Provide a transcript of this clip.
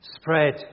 spread